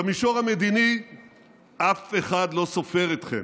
במישור המדיני אף אחד לא סופר אתכם.